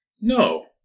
No